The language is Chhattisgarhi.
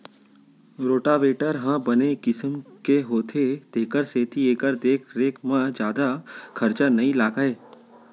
रोटावेटर ह बने किसम के होथे तेकर सेती एकर देख रेख म जादा खरचा नइ लागय